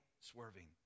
swerving